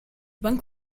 bank